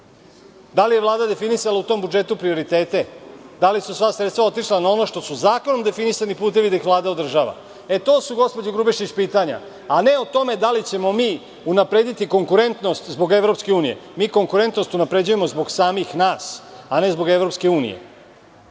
li je Vlada definisala u tom budžetu prioritete, da li su sva sredstva otišla na ono što su zakonom definisani putevi, da ih Vlada održava? To su, gospođo Grubješić, pitanja, a ne o tome da li ćemo mi unaprediti konkurentnost zbog EU? Mi konkretnost unapređujemo zbog samih nas, a ne zbog EU. Da li